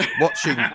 watching